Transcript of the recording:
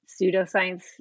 pseudoscience